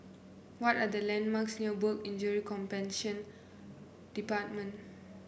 what are the landmarks near Work Injury Compensation Department